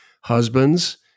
Husbands